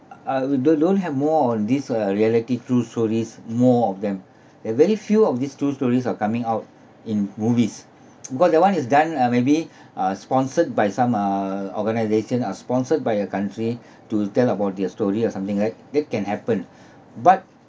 uh the loan have more on this uh reality true stories more of them there are very few of these true stories are coming out in movies because that one is done uh maybe uh sponsored by some uh organisation uh sponsored by a country to tell about their story or something like that can happen but